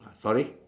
sorry